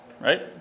right